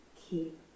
keep